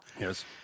Yes